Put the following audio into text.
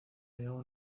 hallaba